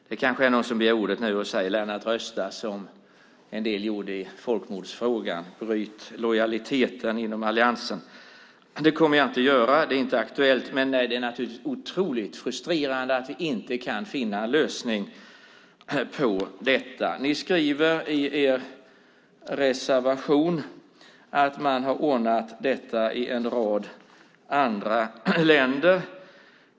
Det kanske är någon som begär ordet nu och säger: Lennart, rösta som en del gjorde i folkmordsfrågan, bryt lojaliteten inom Alliansen! Men det kommer jag inte att göra. Det är inte aktuellt. Men det är naturligtvis otroligt frustrerande att vi inte kan finna en lösning på detta. Ni skriver i er reservation att man har ordnat detta i en rad andra länder.